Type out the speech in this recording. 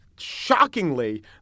shockingly